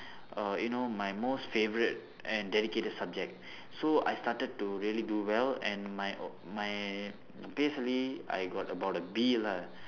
uh you know my most favourite and dedicated subject so I started to really do well and my my P_S_L_E I got about a B lah